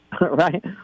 right